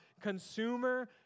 consumer